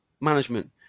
management